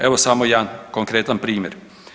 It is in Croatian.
Evo samo jedan konkretan primjer.